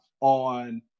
on